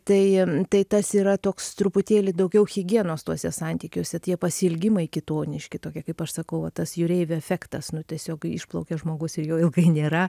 tai tai tas yra toks truputėlį daugiau higienos tuose santykiuose tie pasiilgimai kitoniški tokie kaip aš sakau va tas jūreivio efektas nu tiesiog išplaukė žmogus ir jo ilgai nėra